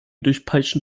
durchpeitschen